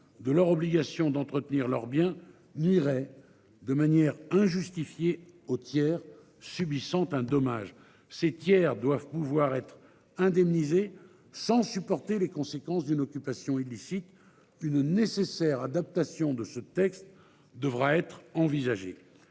de leur obligation d'entretenir leurs biens nuirait de manière injustifiée au tiers subissant un dommage c'est tiers doivent pouvoir être indemnisé sans supporter les conséquences d'une occupation illicite. Une nécessaire adaptation de ce texte devra être envisagée.